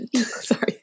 sorry